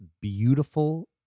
beautiful